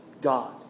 God